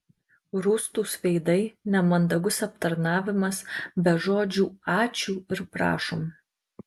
rūstūs veidai nemandagus aptarnavimas be žodžių ačiū ir prašom